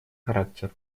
характер